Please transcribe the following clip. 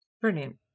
Brilliant